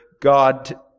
God